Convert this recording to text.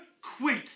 quit